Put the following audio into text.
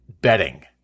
betting